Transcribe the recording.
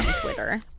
twitter